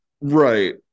Right